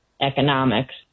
economics